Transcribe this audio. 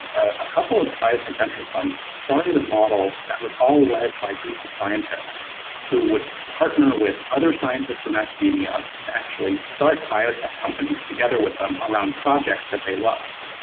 a couple of biotech venture funds started a model that was all led by groups of scientists who would partner with other scientists from academia to actually start biotech companies together with them around projects that they loved.